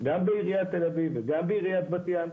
גם בעיריית תל אביב וגם בעיריית בת ים.